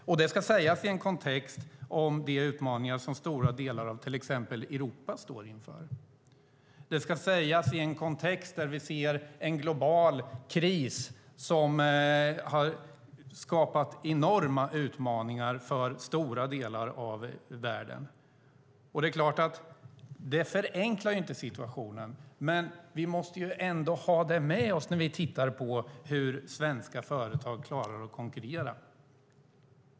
Det ska sägas i en kontext av de utmaningar som till exempel stora delar av Europa står inför och där vi ser en global kris som skapat enorma utmaningar för stora delar av världen. Det förenklar inte situationen. Men vi måste ändå ha det med oss när vi tittar på hur svenska företag klarar att konkurrera.